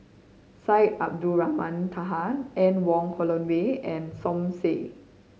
Syed Abdulrahman Taha Anne Wong Holloway and Som Said